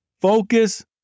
focus